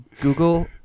Google